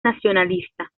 nacionalista